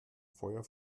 feuer